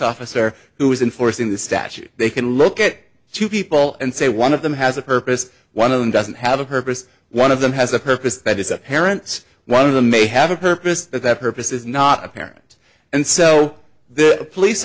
officer who is in force in the statute they can look at two people and say one of them has a purpose one of them doesn't have a purpose one of them has a purpose that is a parent's one of them may have a purpose that purpose is not apparent and so the police